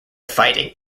fighting